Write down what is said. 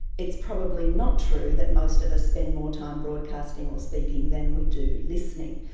it's probably not true that most of us spend more time broadcasting or speaking than we do listening.